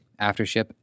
Aftership